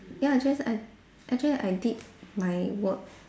ya just I actually I did my work